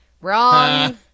Wrong